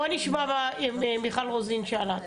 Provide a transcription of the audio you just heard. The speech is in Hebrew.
בואו נשמע את התשובה למה שמיכל רוזין שאלה,